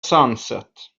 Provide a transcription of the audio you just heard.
sunset